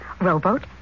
Rowboat